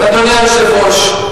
אדוני היושב-ראש,